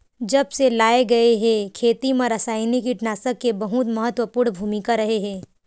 जब से लाए गए हे, खेती मा रासायनिक कीटनाशक के बहुत महत्वपूर्ण भूमिका रहे हे